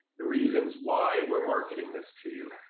the reasons why we're marketing this to you.